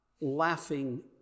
laughing